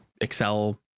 excel